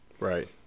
Right